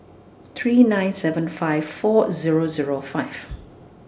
three nine seven five four Zero Zero five